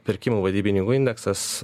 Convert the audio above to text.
pirkimų vadybininkų indeksas